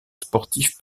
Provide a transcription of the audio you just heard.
sportif